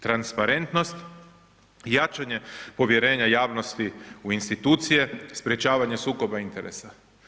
Transparentnost, jačanje povjerenja javnosti u institucije, sprječavanje sukoba interesa.